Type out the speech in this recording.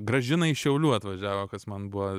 gražina iš šiaulių atvažiavo kas man buvo